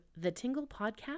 thetinglepodcast